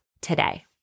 today